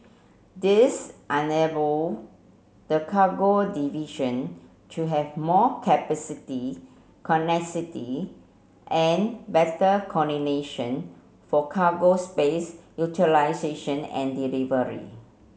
this enable the cargo division to have more capacity and better coordination for cargo space utilisation and delivery